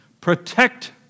protect